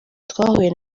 twahuye